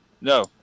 No